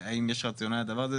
האם יש רציונאל לדבר הזה,